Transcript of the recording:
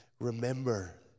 remember